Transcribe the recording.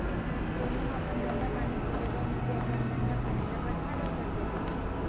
कोनो ह अपन धंधा पानी खोले बर नइते अपन धंधा पानी ल बड़हाय बर करजा लेथे